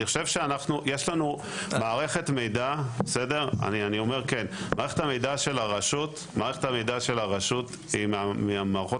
אני כן אומר שמערכת המידע של הרשות היא מהמערכות